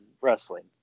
wrestling